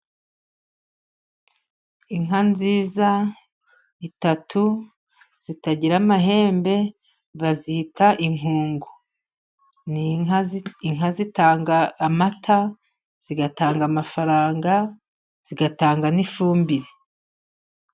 Inka nziza estatu zitagira amahembe bazita inkungu. Ni inka inka zitanga amata, zigatanga amafaranga, zigatanga n'ifumbire.